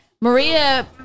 Maria